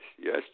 Yes